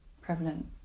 prevalent